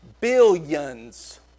billions